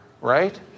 right